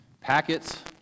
packets